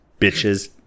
bitches